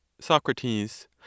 Socrates